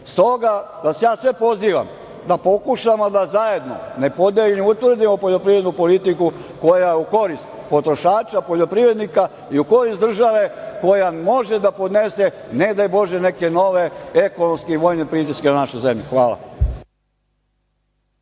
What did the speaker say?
vas sve pozivam da pokušamo da zajedno utvrdimo poljoprivrednu politiku koja je u korist potrošača, poljoprivrednika i u korist države koja može da podnese ne daj Bože neke nove ekonomske i vojne pritiske na našu zemlju. Hvala.